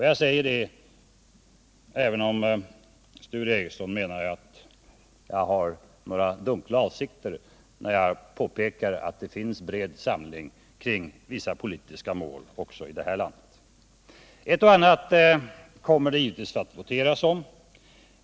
Jag säger det även om Sture Ericson menar att jag har dunkla avsikter när jag påpekar att det finns bred samling kring vissa politiska mål också i det här landet. Ett och annat kommer det givetvis att voteras om.